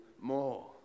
more